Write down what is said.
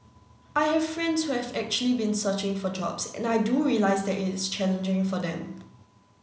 I have friends who have actually been searching for jobs and I do realise that it is challenging for them